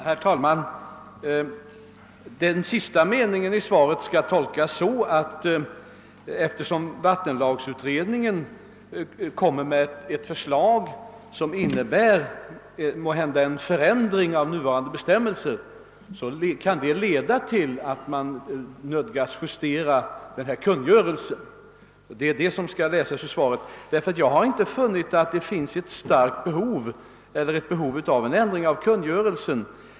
Herr talman! Den sista meningen i svaret skall tolkas så, att vattenlagsutredningen kommer att lägga fram ett förslag, som måhända innebär en förändring av nuvarande bestämmelser, och att detta kan leda till att man nödgas justera kungörelsen. Det är detta som skall utläsas ur svaret. Jag har inte funnit att det föreligger behov av att ändra kungörelsen.